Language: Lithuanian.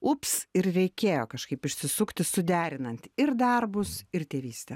ups ir reikėjo kažkaip išsisukti suderinant ir darbus ir tėvystę